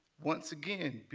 once again,